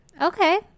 Okay